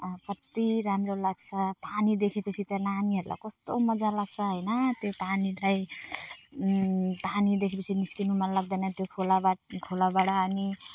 कति राम्रो लाग्छ पानी देख्योपछि त नानीहरूलाई कस्तो मजा लाग्छ होइन त्यो पानी चाहिँ पानी देख्योपछि निस्किनु मन लाग्दैन त्यो खोलाबाट खोलाबाट अनि